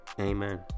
Amen